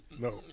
No